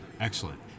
Excellent